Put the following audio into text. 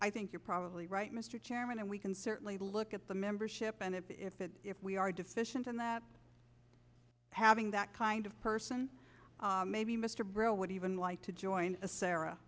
i think you're probably right mr chairman and we can certainly look at the membership and if it if we are deficient in that role in having that kind of person maybe mr brill would even like to join a sarah